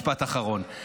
משפט אחרון.